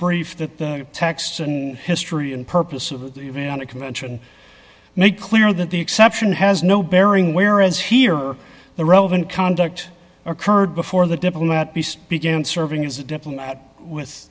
brief that the text history and purpose of the convention make clear that the exception has no bearing whereas here the relevant conduct occurred before the diplomat beast began serving as a diplomat with